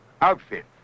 outfit